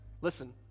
listen